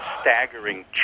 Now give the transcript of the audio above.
staggering